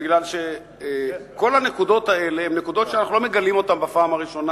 כי כל הנקודות האלה הן נקודות שאנחנו לא מגלים אותן בפעם הראשונה,